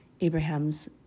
Abraham's